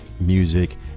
music